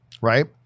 right